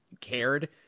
cared